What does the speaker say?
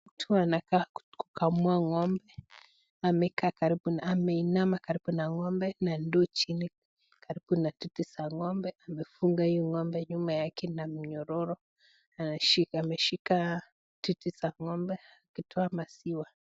Mtu anakaa ku kukamua ng'ombe. Amekaa karibu na ameinama karibu na ng'ombe na ndoo chini karibu na titi za ng'ombe. Amefunga hii ng'ombe yake na minyororo anashika, ameshika titi za ng'ombe akitoa maziwa.